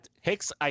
Hicks